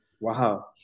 Wow